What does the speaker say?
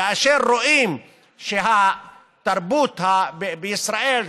כאשר רואים שהתרבות בישראל,